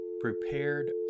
prepared